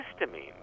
histamine